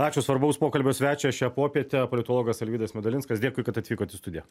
ačiū svarbaus pokalbio svečiui o šią popietę politologas alvydas medalinskas dėkui kad atvykot į studiją